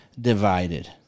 divided